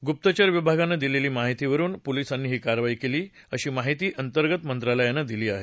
गुप्तचर विभागानं दिलेल्या माहिती वरून पोलिसांनी ही कारवाई केली अशी माहिती अंतर्गत मंत्रालयानं दिली आहे